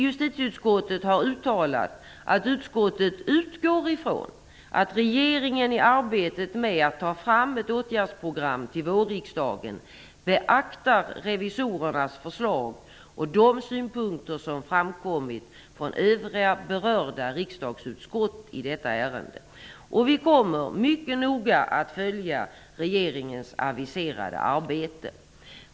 Justitieutskottet har uttalat att utskottet utgår ifrån att regeringen i arbetet med att ta fram ett åtgärdsprogram till vårriksdagen beaktar revisorernas förslag och de synpunkter som framkommit från övriga berörda riksdagsutskott i detta ärende. Vi kommer mycket noga att följa regeringens aviserade arbete.